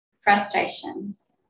frustrations